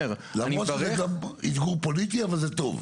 למרות שזה אתגור פוליטי אבל זה טוב.